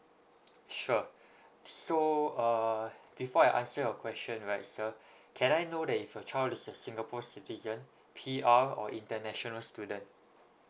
sure so uh before I answer your question right sir can I know that if your child is a singapore citizen P_R or international student